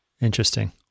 Interesting